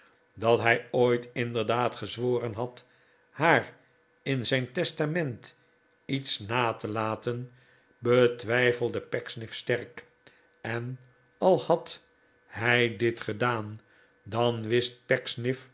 dat hij ooit inderdaad gezworen had haar in zijn testament iets na te laten betwijfelde pecksniff sterk en al had hij dit gedaan dan wist